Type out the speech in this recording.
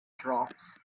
drops